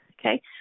Okay